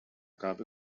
gab